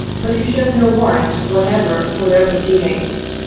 but who showed no warrant whatever for their proceedings.